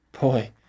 Boy